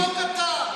תבדוק אתה.